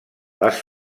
les